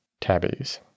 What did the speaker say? tabbies